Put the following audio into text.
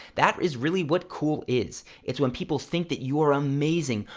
that is really what cool is. it's when people think that you're amazing,